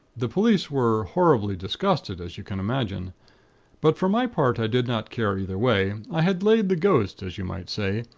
the police were horribly disgusted, as you can imagine but for my part, i did not care either way. i had laid the ghost as you might say,